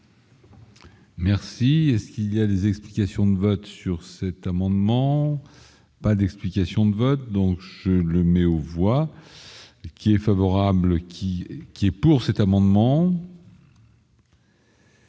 Merci, est ce qu'il y a des explications de vote sur cet amendement, pas d'explication de vote, donc je le mets au voix qui est favorable qui qui est pour cet amendement.